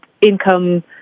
income